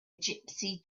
gypsy